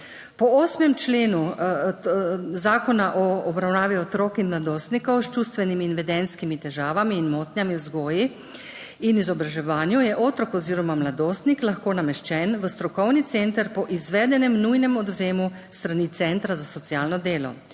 Po 8. členu Zakona o obravnavi otrok in mladostnikov s čustvenimi in vedenjskimi težavami in motnjami v vzgoji in izobraževanju je otrok oziroma mladostnik lahko nameščen v strokovni center po izvedenem nujnem odvzemu s strani centra za socialno delo.